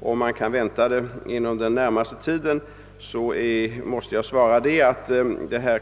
om trafikmålskommitténs arbete kan väntas vara slutfört inom den närmaste tiden.